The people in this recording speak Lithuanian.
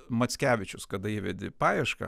mackevičius kada įvedi paiešką